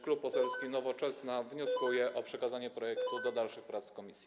Klub Poselski Nowoczesna wnioskuje o przekazanie projektu do dalszych prac w komisji.